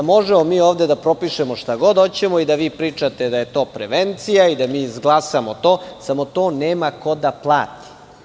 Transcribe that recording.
Možemo mi ovde da propišemo šta god hoćemo, da vi pričate da je to prevencija, da mi to izglasamo, ali to nema ko da plati.